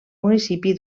municipi